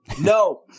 no